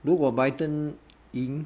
如果 biden 赢